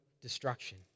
destruction